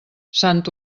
sant